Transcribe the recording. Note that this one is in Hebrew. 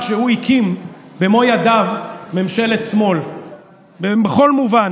שהוא הקים במו ידיו ממשלת שמאל בכל מובן,